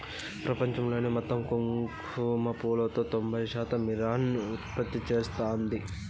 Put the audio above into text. ప్రపంచంలోని మొత్తం కుంకుమ పువ్వులో తొంబై శాతం ఇరాన్ ఉత్పత్తి చేస్తాంది